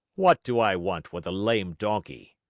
what do i want with a lame donkey?